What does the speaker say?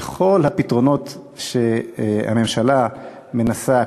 וכל הפתרונות שהממשלה מנסה,